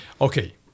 Okay